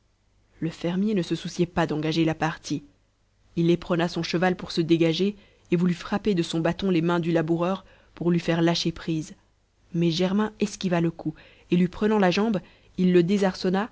le fermier ne se souciait pas d'engager la partie il éperonna son cheval pour se dégager et voulut frapper de son bâton les mains du laboureur pour lui faire lâcher prise mais germain esquiva le coup et lui prenant la jambe il le